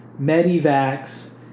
Medivacs